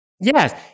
yes